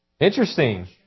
Interesting